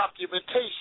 documentation